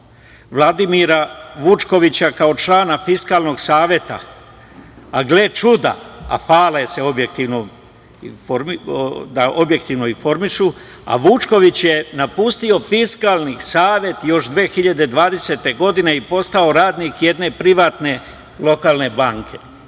Vladimira Vučkovića kao člana Fiskalnog saveta. A gle čuda, hvale se da objektivno informišu, a Vučković je napustio Fiskalni savet još 2020. godine i postao radnik jedne privatne lokalne banke.